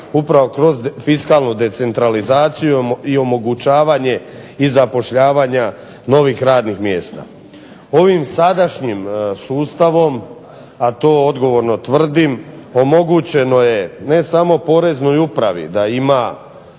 upravo kroz fiskalnu decentralizaciju i omogućavanje i zapošljavanja novih radnih mjesta. Ovim sadašnjim sustavom, a to odgovorno tvrdim, omogućeno je ne samo poreznoj upravi da ima,